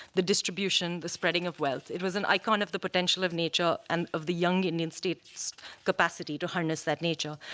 the distribution, the spreading of wealth. it was an icon of the potential of nature and of the young indian state's capacity to harness that nature.